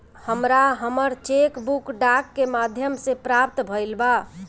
हमरा हमर cheque book डाक के माध्यम से प्राप्त भईल बा